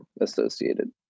associated